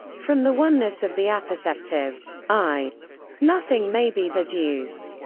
from the oneness of the apperceptive i nothing may be deduced.